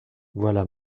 voilà